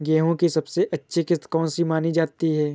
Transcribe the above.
गेहूँ की सबसे अच्छी किश्त कौन सी मानी जाती है?